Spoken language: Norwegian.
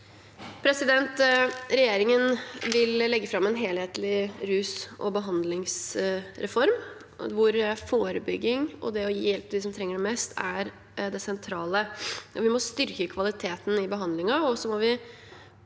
Regjeringen vil legge fram en helhetlig rus- og behandlingsreform hvor forebygging og det å gi hjelp til dem som trenger det mest, er det sentrale. Vi må styrke kvaliteten i behandlingen, og vi må gi